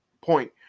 point